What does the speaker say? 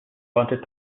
wanted